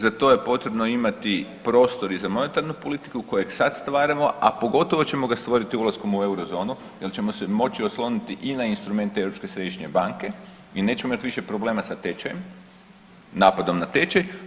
Za to je potrebno imati prostor i za monetarnu politiku kojeg sad stvaramo a pogotovo ćemo ga stvoriti ulaskom u Eurozonu jer ćemo se moći osloniti i na instrumente Europske središnje banke i nećemo imati više problema sa tečajem, napadom na tečaj.